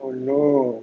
oh no